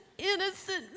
innocent